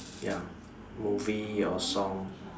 ya movie or song